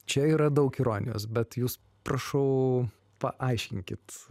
čia yra daug ironijos bet jūs prašau paaiškinkit